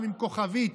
עם כוכבית,